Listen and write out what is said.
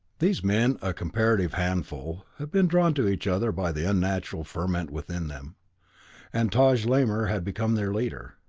these men, a comparative handful, had been drawn to each other by the unnatural ferment within them and taj lamor had become their leader.